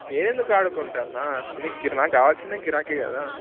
నేనెందుకు ఆడుకుంటా అన్న మీకు నాకు కావాల్సిందే గిరాకీ కదా